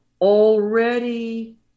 already